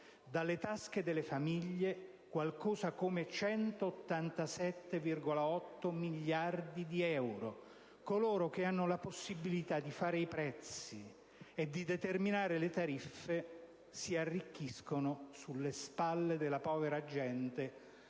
dalle tasche delle famiglie qualcosa come 187,8 miliardi di euro. Coloro che hanno la possibilità di determinare prezzi e tariffe si arricchiscono sulle spalle della povera gente,